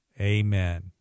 amen